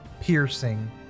piercing